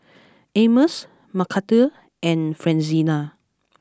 Amos Mcarthur and Francina